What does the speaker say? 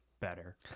better